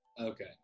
okay